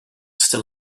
still